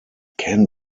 can